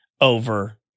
over